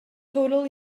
total